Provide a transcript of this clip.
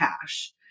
cash